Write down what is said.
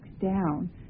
down